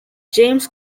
james